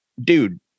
dude